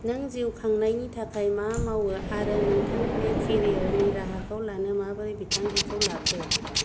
नों जिउ खांनायनि थाखाय मा मावो आरो नोंथांनि बे केरियारनि राहाखौ लानो माबोरै बिथांखिखौ लाखो